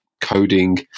coding